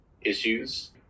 issues